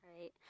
Right